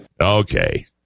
Okay